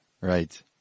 Right